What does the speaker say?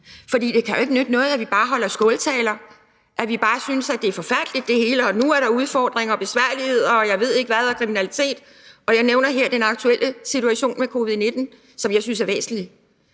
For det kan ikke nytte noget, at vi bare holder skåltaler og bare synes, at det hele er forfærdeligt, og at der nu er udfordringer og besværligheder og kriminalitet, og jeg ved ikke hvad. Og jeg nævner her den aktuelle situation med covid-19, som jeg synes er væsentlig.